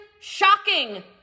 shocking